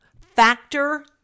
Factor